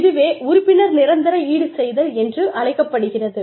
இதுவே உறுப்பினர் நிரந்தர ஈடுசெய்தல் என்று அழைக்கப்படுகிறது